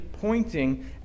pointing